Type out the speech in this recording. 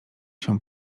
się